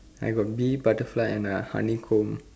I got bee butterfly and uh honeycomb